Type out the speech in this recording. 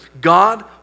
God